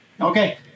Okay